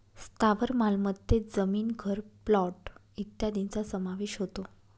स्थावर मालमत्तेत जमीन, घर, प्लॉट इत्यादींचा समावेश होतो